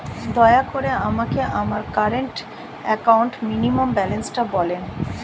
দয়া করে আমাকে আমার কারেন্ট অ্যাকাউন্ট মিনিমাম ব্যালান্সটা বলেন